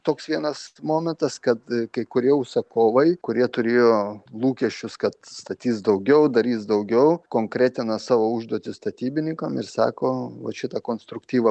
toks vienas momentas kad kai kurie užsakovai kurie turėjo lūkesčius kad statys daugiau darys daugiau konkretina savo užduotis statybininkam ir sako vat šitą konstruktyvą